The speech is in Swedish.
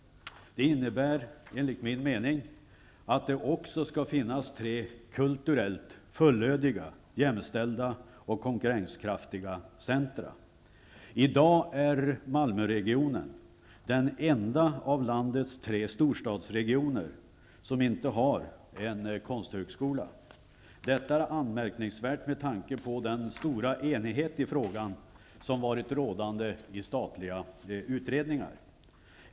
Det innebär, enligt min mening, att det då också skall finnas tre kulturellt fullödiga, jämställda och konkurrenskraftiga centra. I dag är Malmöregionen den enda av landets tre storstadsregioner som inte har en konsthögskola. Detta är anmärkningsvärt med tanke på den stora enighet i frågan som har varit rådande i statliga utredningar.